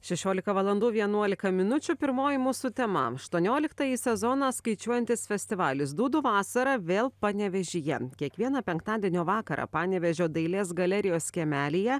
šešiolika valandų vienuolika minučių pirmoji mūsų tema aštuonioliktąjį sezoną skaičiuojantis festivalis dūdų vasara vėl panevėžyje kiekvieną penktadienio vakarą panevėžio dailės galerijos kiemelyje